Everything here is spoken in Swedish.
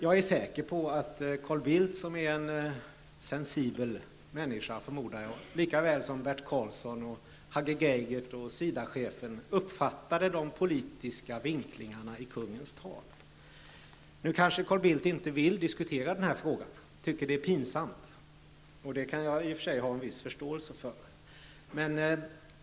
Jag är säker på att Carl Bildt, som jag förmodar är en sensibel människa, lika väl som Bert Karlsson, Hagge Geigert och Sida-chefen uppfattade de politiska vinklingarna i kungens tal. Carl Bildt vill kanske inte diskutera den här frågan nu. Han tycker kanske att det är pinsamt, och det kan jag i och för sig ha en viss förståelse för.